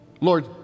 Lord